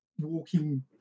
walking